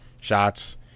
shots